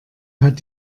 hat